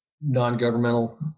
non-governmental